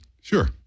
Sure